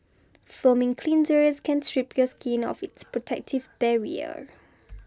foaming cleansers can strip your skin of its protective barrier